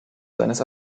seines